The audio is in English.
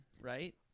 right